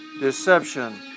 deception